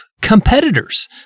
competitors